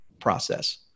process